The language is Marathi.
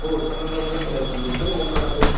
हो संगमनेर ग्रंथालयातून बोलतो आहे ओंकार आहेर